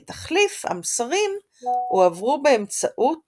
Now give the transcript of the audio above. כתחליף, המסרים הועברו באמצעות